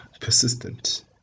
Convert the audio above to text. persistent